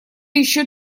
еще